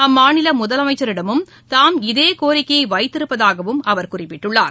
அம்மாநில முதலமைச்சரிடமும் தாம் இதே கோரிக்கையை வைத்திருப்பதாகவும் முதலமைச்சர் குறிப்பிட்டுள்ளார்